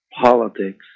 politics